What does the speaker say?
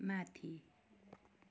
माथि